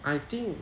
I think